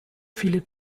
viele